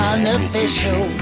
Unofficial